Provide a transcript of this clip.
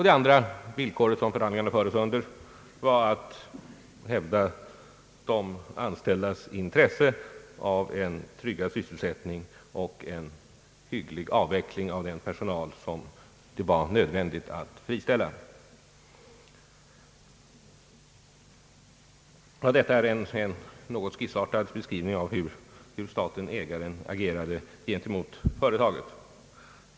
Den andra förutsättningen var att de anställdas intressen av en tryggad sysselsättning skulle tillgodoses och att avvecklingen av den personal som det var nödvändigt att friställa skulle ske på ett tillfredsställande sätt. Detta var en något skissartad beskrivning av hur staten-ägaren agerade gentemot företaget.